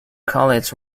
colleague